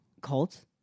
Cult